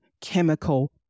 chemical